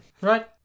Right